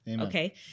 Okay